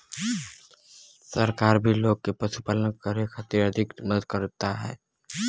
सरकार भी लोग के पशुपालन करे खातिर आर्थिक मदद करत हौ